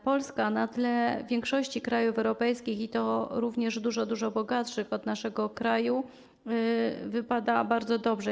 Polska na tle większości krajów europejskich, i to również tych dużo, dużo bogatszych od naszego kraju, wypada bardzo dobrze.